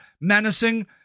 menacing